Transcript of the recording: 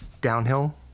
downhill